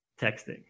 texting